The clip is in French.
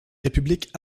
république